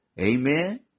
Amen